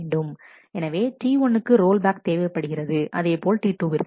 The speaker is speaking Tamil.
எனவே T1 க்கு ரோல்பேக் தேவைப்படுகிறது அதேபோல் T2 விற்கும்